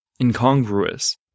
incongruous